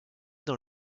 dans